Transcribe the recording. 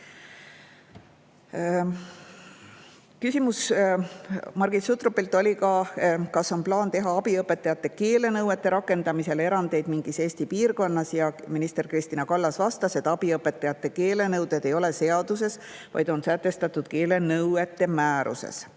Margit Sutropilt oli ka küsimus, kas on plaan teha abiõpetajate keelenõuete rakendamisel erandeid mingis Eesti piirkonnas. Minister Kristina Kallas vastas, et abiõpetajate keelenõuded ei ole seaduses, vaid on sätestatud keelenõuete määruses.